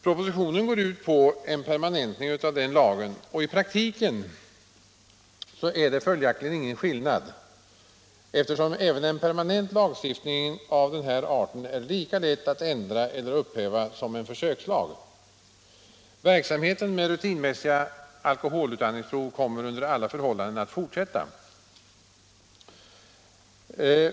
Propositionen — prov går ut på en permanentning av den lagen. I praktiken är det följaktligen ingen skillnad, eftersom en permanent lagstiftning av den här arten är lika lätt att ändra eller upphäva som en försökslag. Verksamheten med rutinmässiga alkoholutandningsprov kommer under alla förhållanden att fortsätta.